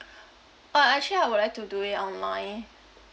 uh actually I would like to do it online